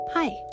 Hi